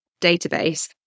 database